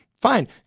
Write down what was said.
Fine